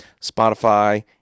spotify